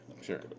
Sure